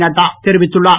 நட்டா தெரிவித்துள்ளார்